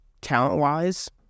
talent-wise